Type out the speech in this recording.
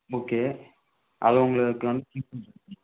okay அது உங்களுக்கு